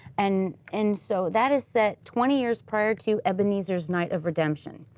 and and so that is set twenty years prior to ebeneezer's night of redemption.